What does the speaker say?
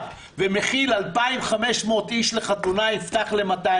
לחתונה ויכול להכיל 2,500 איש יפתח ל-250,